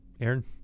Aaron